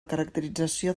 caracterització